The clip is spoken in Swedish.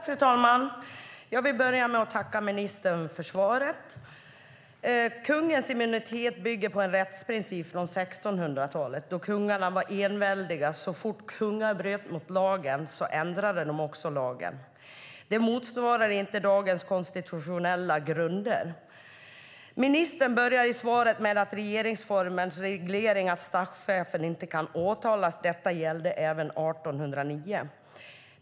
Fru talman! Jag vill börja med att tacka ministern för svaret. Kungens immunitet bygger på en rättsprincip från 1600-talet, då kungarna var enväldiga. Så fort kungar bröt mot lagen ändrade de också lagen. Det motsvarar inte dagens konstitutionella grunder. Ministern börjar svaret med att nämna regeringsformens reglering av att statschefen inte kan åtalas och att detta gällde även 1809.